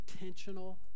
intentional